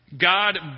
God